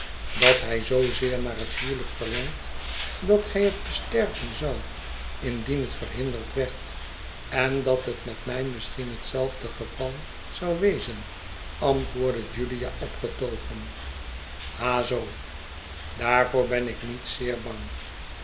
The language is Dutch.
dat hij zoo zeer naar het huwelijk verlangt dat hij het besterv'en zou indien het verhinderd werd en dat het met mij misschien hetzeifde geval zou wezen antwoordde julia opgetogen ha zoo daarvoor ben ik niet zeer bang